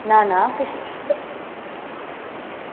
ना ना कशमीर